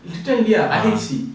in little india I_H_C